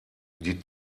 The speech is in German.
die